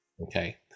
Okay